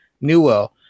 Newell